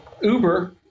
uber